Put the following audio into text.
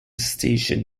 station